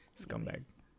scumbag